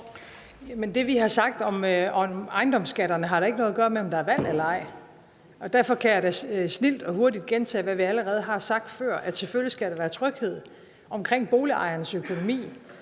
Det, vi har sagt om ejendomsskatterne, har da ikke noget at gøre med, om der er valg eller ej. Derfor kan jeg snildt og hurtigt gentage, hvad vi allerede har sagt før, nemlig at selvfølgelig skal der være tryghed omkring boligejernes økonomi.